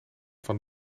van